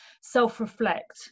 self-reflect